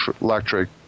electric